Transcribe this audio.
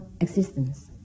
existence